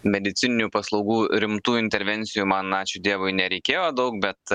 medicininių paslaugų rimtų intervencijų man ačiū dievui nereikėjo daug bet